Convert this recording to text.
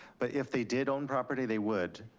but if they did own property they would.